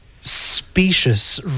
specious